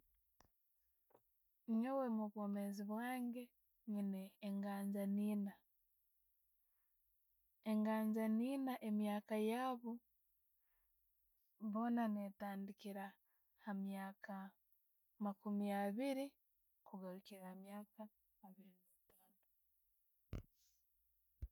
Nyoowe omubwomezi bwange niina enganjaani eiina. Engaajani eiina emyaka yaabo boona netandiikiira ha'myaka makuumi abiiri kugarukiira ha myaka abbiri naitaino.